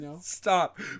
Stop